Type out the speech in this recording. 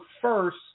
first